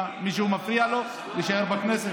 מה, מישהו מפריע לו להישאר בכנסת?